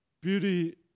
Beauty